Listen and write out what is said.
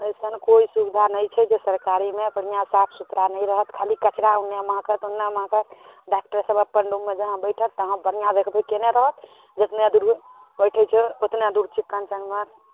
ऐसन कोइ सुविधा नहि छै जे सरकारीमे बढ़िआँ साफ सुथरा नहि रहत खाली कचड़ा ओन्ने महकैत ओन्ने महकैत डाक्टर सब अपन रूममे जहाँ बैठत तहाँ बढ़िआँ जगती कयने रहत जेतने दूर ओ बैठै छै ओतने दूर चिक्कन चुनमुन